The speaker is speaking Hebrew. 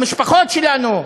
למשפחות שלנו,